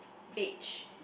beige